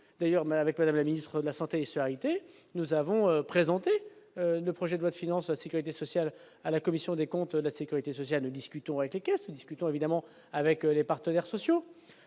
d'ailleurs mais avec madame la ministre de la Santé, charité, nous avons présenté le projet de loi de finances à Sécurité sociale à la commission des comptes de la Sécurité sociale, nous discutons avec les caisses, discutant évidemment avec les partenaires sociaux,